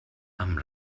amb